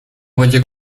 wodzie